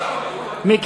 ועדת הרווחה,